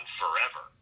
forever